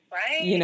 right